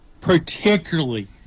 particularly